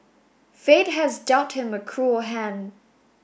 fate has dealt him a cruel hand